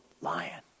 lion